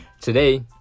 Today